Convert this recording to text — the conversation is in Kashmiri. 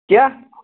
کیٛاہ